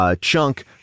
Chunk